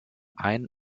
ein